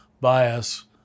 bias